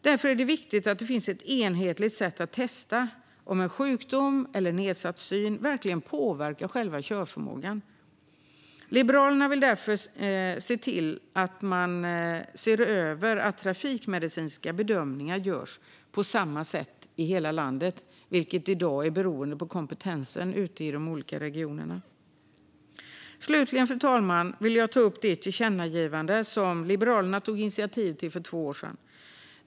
Därför är det viktigt att det finns ett enhetligt sätt att testa om en sjukdom eller nedsatt syn verkligen påverkar själva körförmågan. Liberalerna vill därför att man ser över att trafikmedicinska bedömningar görs på samma sätt i hela landet. I dag är det beroende av kompetensen ute i de olika regionerna. Slutligen, fru talman, vill jag ta upp det tillkännagivande som Liberalerna tog initiativ till för två år sedan.